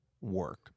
work